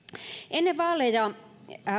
ennen vaaleja